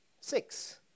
Six